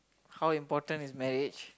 how important is marriage